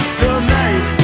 tonight